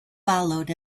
followed